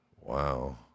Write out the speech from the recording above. Wow